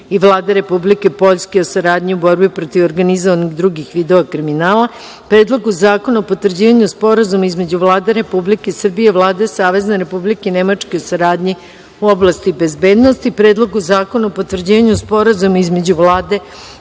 i Vlade Republike Poljske o saradnji u borbi protiv organizovanog i drugih vidova kriminala, Predlogu zakona o potvrđivanju Sporazuma između Vlade Republike Srbije i Vlade Savezne Republike Nemačke o saradnji u oblasti bezbednosti, Predlogu zakona o potvrđivanju Sporazuma između Vlade